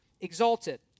exalted